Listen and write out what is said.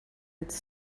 its